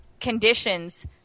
conditions